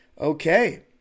Okay